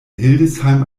hildesheim